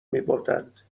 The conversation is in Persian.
میبردند